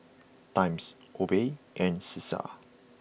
Times Obey and Cesar